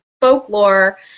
folklore